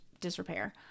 disrepair